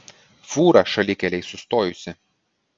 fūra šalikelėj sustojusi